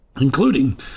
including